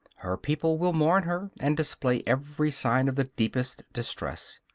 her people will mourn her, and display every sign of the deepest distress.